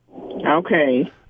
Okay